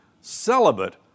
celibate